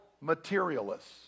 materialists